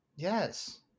Yes